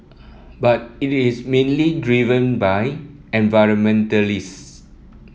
but it is mainly by environmentalists